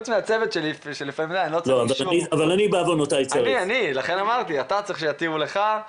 אתה צריך שיתירו לך,